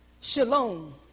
Shalom